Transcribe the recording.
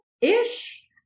ish